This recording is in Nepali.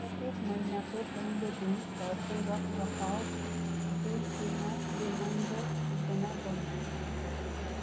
प्रत्येक महिनाको पहिलो दिन घरको रखरखाव बिल तिर्न रिमाइन्डर सिर्जना गर्नुहोस्